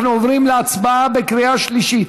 אנחנו עוברים להצבעה בקריאה שלישית.